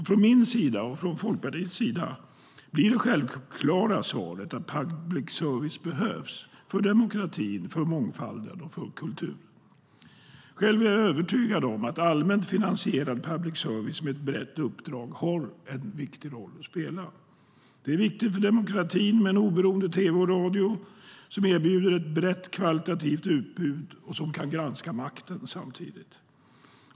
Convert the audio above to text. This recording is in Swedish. Från min sida och från Folkpartiets sida blir det självklara svaret att public service behövs för demokratin, för mångfalden och för kulturen. Själv är jag övertygad om att allmänt finansierad public service med ett brett uppdrag har en viktig roll att spela. Det är viktigt för demokratin med en oberoende tv och radio som erbjuder ett brett, kvalitativt utbud och som kan granska makten samtidigt.